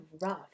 rough